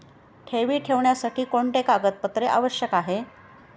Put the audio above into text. ठेवी ठेवण्यासाठी कोणते कागदपत्रे आवश्यक आहे?